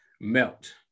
melt